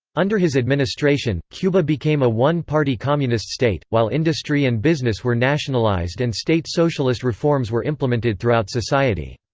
under his administration, cuba became a one-party communist state, while industry and business were nationalized and state socialist reforms were implemented throughout society.